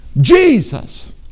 Jesus